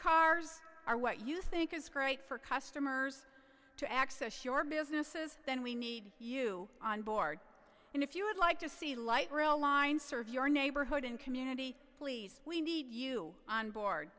cars are what you think is great for customers to access your businesses then we need you on board and if you would like to see light rail line serve your neighborhood and community please we need you on board